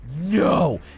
no